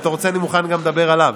אם אתה רוצה, אני מוכן לדבר גם עליו.